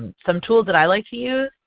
some tools that i like to use.